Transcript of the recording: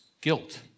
guilt